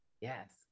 Yes